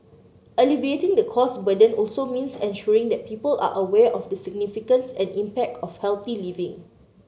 alleviating the cost burden also means ensuring that people are aware of the significance and impact of healthy living